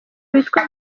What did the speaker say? witwa